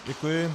Děkuji.